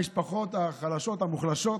מהמשפחות החלשות, המוחלשות.